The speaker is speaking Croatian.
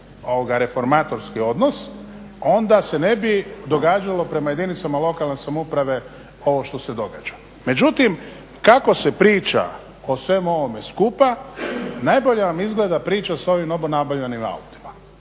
reformatorski odnos onda se ne bi događalo prema jedinicama lokalne samouprave ovo što se događa. Međutim, kako se priča o svemu ovome skupa, najbolje vam izgleda priča s ovim novo nabavljenim autima.